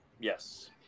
Yes